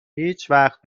هیچوقت